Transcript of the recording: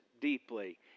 deeply